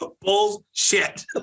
Bullshit